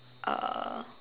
uh